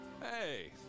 Hey